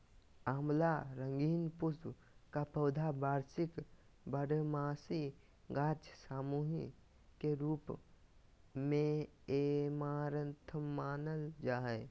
आँवला रंगीन पुष्प का पौधा वार्षिक बारहमासी गाछ सामूह के रूप मेऐमारैंथमानल जा हइ